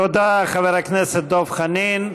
תודה, חבר הכנסת דב חנין.